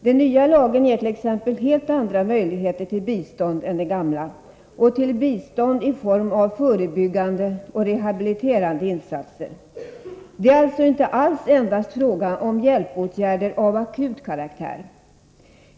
Den nya lagen ger t.ex. helt andra möjligheter till bistånd än den gamla, och till bistånd i form av förebyggande och rehabiliterande insatser. Det är alltså inte alls endast fråga om hjälpåtgärder av akut karaktär.